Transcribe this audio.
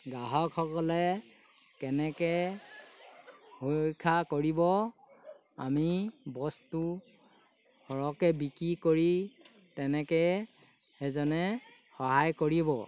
গ্ৰাহকসকলে কেনেকে সুৰক্ষা কৰিব আমি বস্তু সৰহকৈ বিক্ৰী কৰি তেনেকৈ সেইজনে সহায় কৰিব